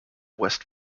west